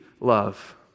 love